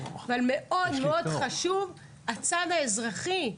אבל מאוד מאוד חשוב הצד האזרחי.